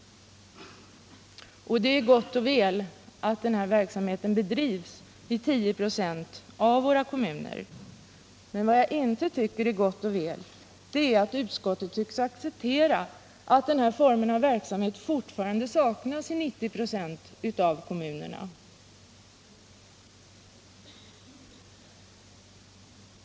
Det är gott och väl att denna verksamhet bedrivs i 10 96 av våra kommuner, men jag tycker inte att det är gott och väl att utskottet tycks acceptera att denna form av verksamhet fortfarande saknas i 90 96 av kommunerna.